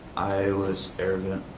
i was arrogant.